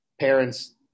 parents